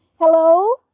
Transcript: Hello